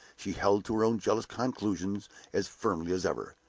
she held to her own jealous conclusions as firmly as ever.